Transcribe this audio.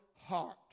heart